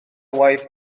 waith